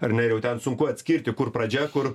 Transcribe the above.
ar ne ir jau ten sunku atskirti kur pradžia kur